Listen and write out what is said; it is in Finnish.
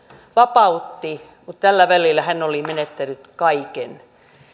vapautti mutta tällä välillä hän oli menettänyt kaiken